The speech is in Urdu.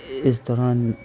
اس دوران